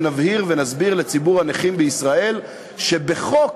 ונבהיר ונסביר לציבור הנכים בישראל שבחוק